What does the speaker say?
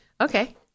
Okay